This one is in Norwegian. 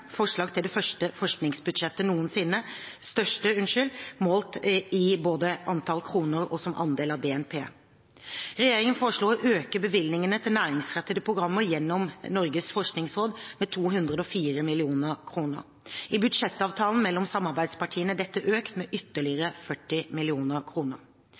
forslag til det største forskningsbudsjettet noensinne, både målt i antall kroner og som andel av BNP. Regjeringen foreslo å øke bevilgningene til næringsrettede programmer gjennom Norges forskningsråd med 204 mill. kr. I budsjettavtalen mellom samarbeidspartiene er dette økt med ytterligere 40